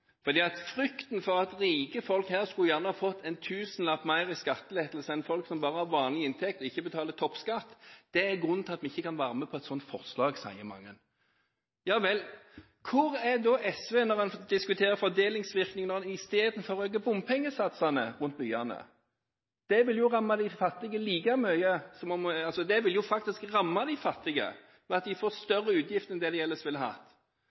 Frykten for at rike folk skal få en tusenlapp mer i skattelette enn folk som bare har vanlig inntekt og ikke betaler toppskatt, er grunnen til at vi ikke kan være med på et sånt forslag, sier mange. Hvor er da SV når man diskuterer fordelingsvirkningene i stedet for å øke bompengesatsene rundt byene? Det vil jo faktisk ramme de fattige, ved at de får større utgifter enn det